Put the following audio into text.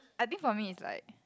I think for me is like